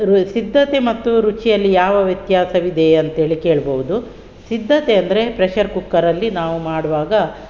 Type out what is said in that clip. ಸಿದ್ಧತೆ ಮತ್ತು ರುಚಿಯಲ್ಲಿ ಯಾವ ವ್ಯತ್ಯಾಸವಿದೆ ಅಂತೇಳಿ ಕೇಳ್ಬೋದು ಸಿದ್ಧತೆ ಅಂದರೆ ಪ್ರೆಷರ್ ಕುಕ್ಕರಲ್ಲಿ ನಾವು ಮಾಡುವಾಗ